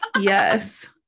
Yes